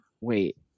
Wait